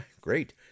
great